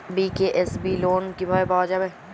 BKSB loan কিভাবে পাওয়া যাবে?